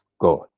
God